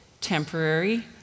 temporary